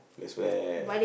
that's where